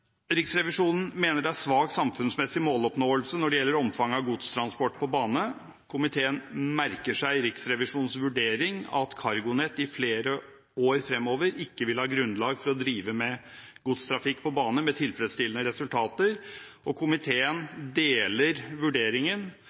Riksrevisjonen mener det er svak samfunnsmessig måloppnåelse når det gjelder omfanget av godstransport på bane. Komiteen merker seg Riksrevisjonens vurdering, at CargoNet i flere år fremover ikke vil ha grunnlag for å drive med godstrafikk på bane med tilfredsstillende resultater, og komiteen deler vurderingen